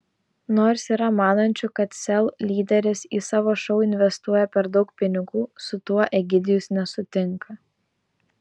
nors yra manančių kad sel lyderis į savo šou investuoja per daug pinigų su tuo egidijus nesutinka